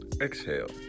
Exhale